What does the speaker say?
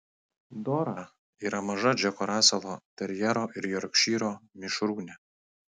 dora yra maža džeko raselo terjero ir jorkšyro mišrūnė